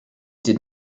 did